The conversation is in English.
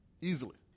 Easily